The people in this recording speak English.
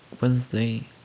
Wednesday